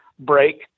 break